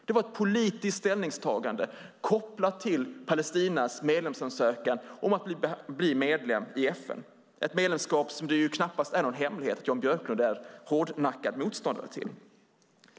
Det var ett politiskt ställningstagande, kopplat till Palestinas ansökan om att bli medlem i FN, ett medlemskap som det knappast är någon hemlighet att Jan Björklund är hårdnackad motståndare till.